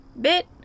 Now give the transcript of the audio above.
bit